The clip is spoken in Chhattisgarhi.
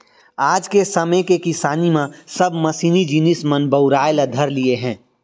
आज के समे के किसानी म सब मसीनी जिनिस मन बउराय ल धर लिये हें